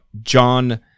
John